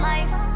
Life